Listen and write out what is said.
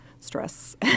stress